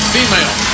Female